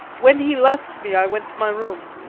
when he left me i went to my room.